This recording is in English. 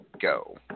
go